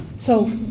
so,